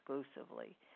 exclusively